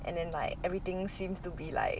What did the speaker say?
and then like everything seems to be like